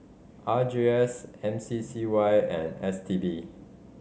R J S M C C Y and S T B